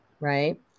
right